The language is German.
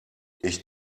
ich